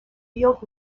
field